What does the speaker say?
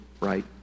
right